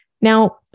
Now